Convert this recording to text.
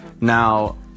now